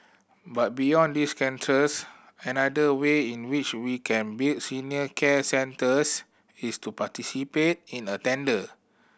but beyond these another way in which we can build senior care centres is to participate in a tender